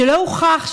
שלא הוכח,